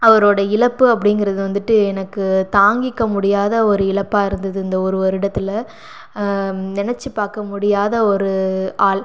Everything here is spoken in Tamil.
அவரோடய இழப்பு அப்படிங்குறது வந்துட்டு எனக்கு தாங்கிக்க முடியாத ஒரு இழப்பா இருந்தது இந்த ஒரு வருடத்தில் நெனச்சு பார்க்க முடியாத ஒரு ஆள்